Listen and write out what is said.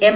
M